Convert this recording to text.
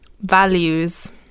values